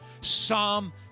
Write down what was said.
Psalm